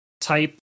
type